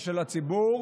ושל הציבור,